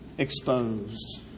exposed